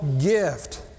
gift